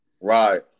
Right